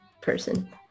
person